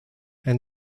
and